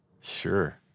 Sure